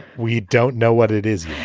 we don't know what it is.